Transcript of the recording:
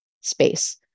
space